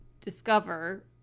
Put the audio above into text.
discover